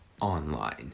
online